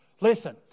Listen